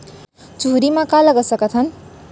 चुहरी म का लगा सकथन?